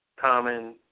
common